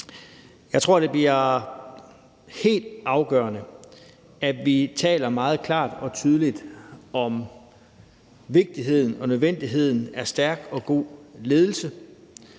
Jeg tror, det bliver helt afgørende, at vi taler meget klart og tydeligt om vigtigheden og nødvendigheden af stærk og god ledelse.